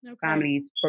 families